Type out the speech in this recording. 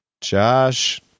Josh